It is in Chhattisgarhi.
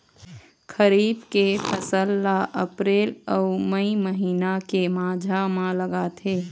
खरीफ के फसल ला अप्रैल अऊ मई महीना के माझा म लगाथे